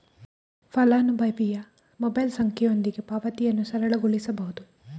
ಫಲಾನುಭವಿಯ ಮೊಬೈಲ್ ಸಂಖ್ಯೆಯೊಂದಿಗೆ ಪಾವತಿಯನ್ನು ಸರಳಗೊಳಿಸುವುದು